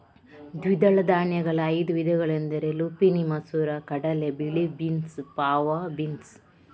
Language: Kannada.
ದ್ವಿದಳ ಧಾನ್ಯಗಳ ಐದು ವಿಧಗಳೆಂದರೆ ಲುಪಿನಿ ಮಸೂರ ಕಡಲೆ, ಬಿಳಿ ಬೀನ್ಸ್, ಫಾವಾ ಬೀನ್ಸ್